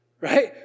Right